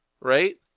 Right